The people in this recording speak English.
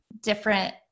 different